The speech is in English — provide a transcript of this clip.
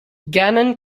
gannon